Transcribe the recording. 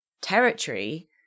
territory